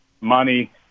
money